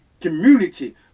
community